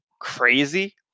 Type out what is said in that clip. crazy